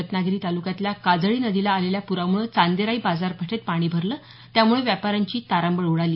रत्नागिरी तालुक्यातल्या काजळी नदीला आलेल्या पुरामुळे चांदेराई बाजारपेठेत पाणी भरलं त्यामुळे व्यापाऱ्यांची तारांबळ उडाली